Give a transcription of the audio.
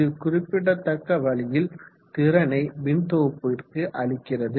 இது குறிப்பிடத்தக்க வழியில் திறனை மின்தொகுப்பிற்கு அளிக்கிறது